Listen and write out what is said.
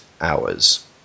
hours